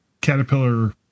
caterpillar